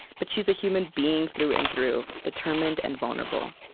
but she's a human being through and through, determined and vulnerable.